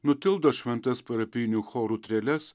nutildo šventas parapijinių chorų treles